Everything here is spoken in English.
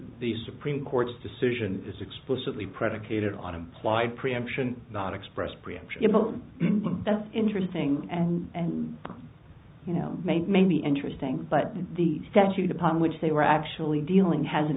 the supreme court's decision is explicitly predicated on implied preemption not expressed preemption that's interesting and you know made may be interesting but the statute upon which they were actually dealing has